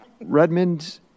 Redmond